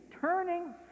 turning